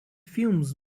fumes